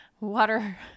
water